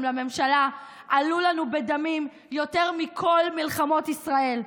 לממשלה עלו לנו בדמים יותר מכל מלחמות ישראל.